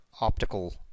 optical